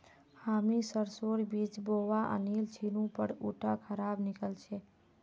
हामी सरसोर बीज बोवा आनिल छिनु पर उटा खराब निकल ले